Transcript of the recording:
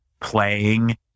playing